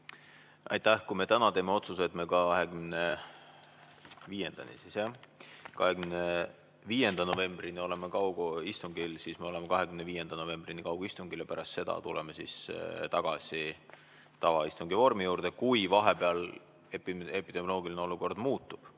Aitäh! Kui me täna teeme otsuse, et me 25. novembrini oleme kaugistungil, siis me oleme 25. novembrini kaugistungil ja pärast seda tuleme tagasi tavaistungi vormi juurde. Kui vahepeal epidemioloogiline olukord muutub,